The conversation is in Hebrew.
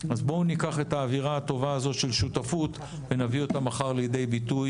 בואו ניקח את האווירה הטובה הזאת של שותפות ונביא אותה מחר לידי ביטוי